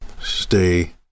stay